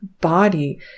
body